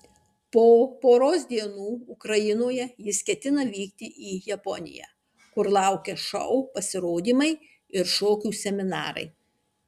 po poros dienų ukrainoje jis ketina vykti į japoniją kur laukia šou pasirodymai ir šokių seminarai